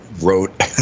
wrote